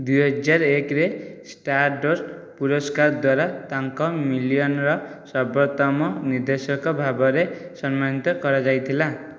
ଦୁଇହଜାର ଏକରେ ଷ୍ଟାରଡ଼ଷ୍ଟ ପୁରସ୍କାର ଦ୍ୱାରା ତାଙ୍କ ମିଲିୟନର ସର୍ବୋତ୍ତମ ନିର୍ଦ୍ଦେଶକ ଭାବରେ ସମ୍ମାନିତ କରାଯାଇଥିଲା